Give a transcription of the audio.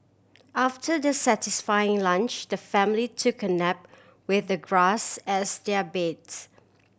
after their satisfying lunch the family took a nap with the grass as their beds